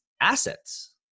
assets